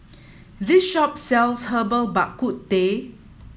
this shop sells Herbal Bak Ku Teh